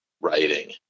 writing